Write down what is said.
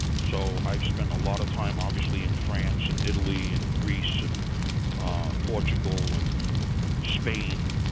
so i have spent a lot of time obviously in france, and italy, and greece, and ah portugal and spain.